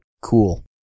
cool